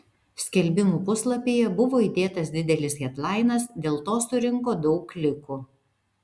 skelbimų puslapyje buvo įdėtas didelis hedlainas dėl to surinko daug klikų